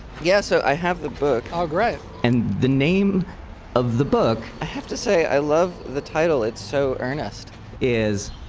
yeah so i have the book oh, great and the name of the book. i have to say i love the title, it's so earnest is,